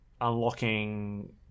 unlocking